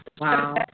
Wow